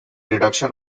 reduction